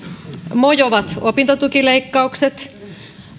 mojovat opintotukileikkaukset